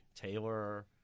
Taylor